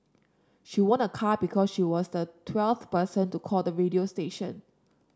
she won a car because she was the twelfth person to call the radio station